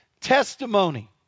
testimony